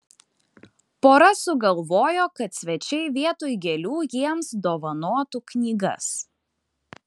pora sugalvojo kad svečiai vietoj gėlių jiems dovanotų knygas